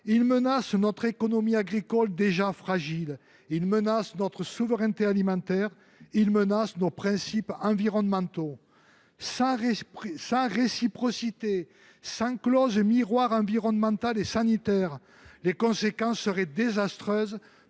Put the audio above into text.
Il menace notre économie agricole déjà fragile, notre souveraineté alimentaire et nos principes environnementaux. Sans réciprocité, sans clauses miroirs environnementales et sanitaires, les conséquences seraient désastreuses